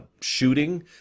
shooting